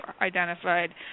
identified